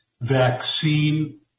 Vaccine